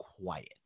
quiet